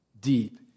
Deep